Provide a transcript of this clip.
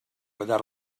without